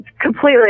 completely